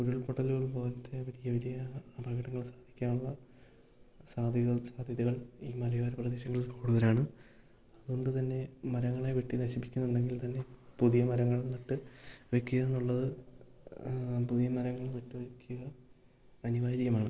ഉരുൾ പൊട്ടലുകൾ പോലത്തെ വലിയ വലിയ അപകടങ്ങൾ സാധിക്കാനുള്ള സാധ്യകൾ സാധ്യതകൾ ഈ മലയോര പ്രദേശങ്ങളിൽ കൂടുതലാണ് കൊണ്ട് തന്നെ മരങ്ങളെ വെട്ടി നശിപ്പിക്കുന്നുണ്ടെങ്കിൽ തന്നെ പുതിയ മരങ്ങൾ നട്ടു വെക്കുന്നുള്ളത് പുതിയ മരങ്ങൾ നട്ടു വെയ്ക്കുക അനിവാര്യമാണ്